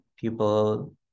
people